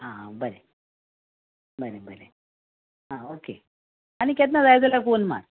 आ बरें बरें बरें आ ओके आनी केन्ना जाय जाल्यार फोन मार